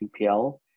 CPL